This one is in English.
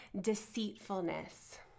deceitfulness